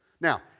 Now